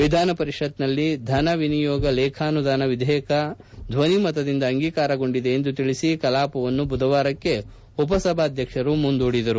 ವಿಧಾನಪರಿಷತ್ತಿನಲ್ಲಿ ಧನವಿನಿಯೋಗ ಲೇಖಾನುದಾನ ವಿಧೇಯಕ ಧ್ವನಿಮತದಿಂದ ಅಂಗೀಕಾರಗೊಂಡಿದೆ ಎಂದು ತಿಳಿಸಿ ಕಲಾಪವನ್ನು ಬುಧವಾರಕ್ಕೆ ಉಪಸಭಾಧ್ಯಕ್ಷರು ಮುಂದೂಡಿದರು